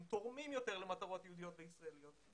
הם תורמים יותר למטרות יהודיות וישראליות.